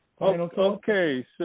Okay